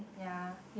ya